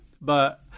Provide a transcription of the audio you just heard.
but-